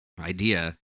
idea